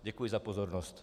Děkuji za pozornost.